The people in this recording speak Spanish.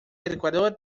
ecuador